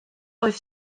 oedd